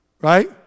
Right